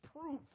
proof